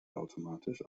automatisch